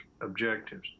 objectives